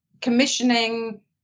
commissioning